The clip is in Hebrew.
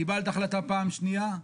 קיבלת החלטה פעם שנייה,